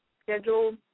schedule